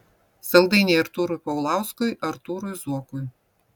saldainiai artūrui paulauskui artūrui zuokui